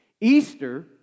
Easter